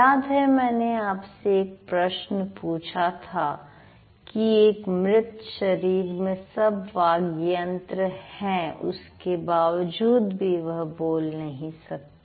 याद है मैंने आपसे एक प्रश्न पूछा था कि एक मृत शरीर में सब वाग्यंत्र है उसके बावजूद भी वह बोल नहीं सकता